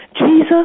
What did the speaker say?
Jesus